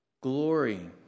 Glory